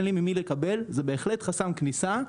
אין לי ממי לקבל וזה בהחלט חסם כניסה.